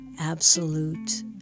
absolute